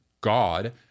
God